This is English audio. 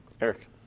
Eric